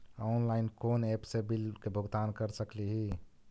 Online कोन app से bill के भुगतान कर सकली ही?